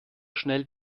schnell